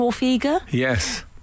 Yes